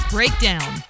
Breakdown